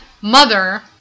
mother